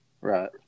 Right